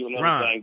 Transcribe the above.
ron